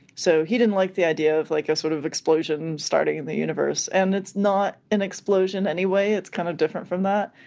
so he didn't like the idea of an like sort of explosion starting in the universe and it's not an explosion anyway, it's kind of different from that.